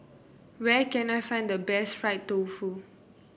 where can I find the best Fried Tofu